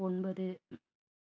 ஒன்பது